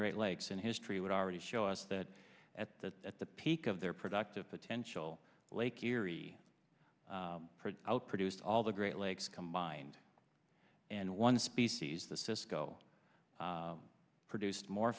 great lakes and history would already show us that at that at the peak of their productive potential lake erie outproduced all the great lakes combined and one species the sysco produced more